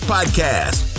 Podcast